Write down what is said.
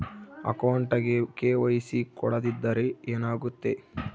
ಅಕೌಂಟಗೆ ಕೆ.ವೈ.ಸಿ ಕೊಡದಿದ್ದರೆ ಏನಾಗುತ್ತೆ?